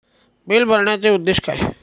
Bill भरण्याचे उद्देश काय?